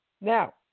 Now